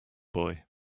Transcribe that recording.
boy